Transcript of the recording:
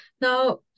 Now